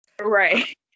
right